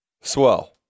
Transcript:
Swell